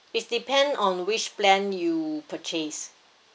it's depend on which plan you purchase